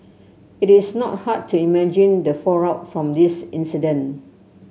it is not hard to imagine the fallout from this incident